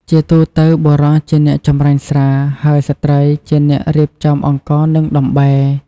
ជាទូទៅបុរសជាអ្នកចម្រាញ់ស្រា ហើយស្ត្រីជាអ្នករៀបចំអង្ករ និងដំបែ។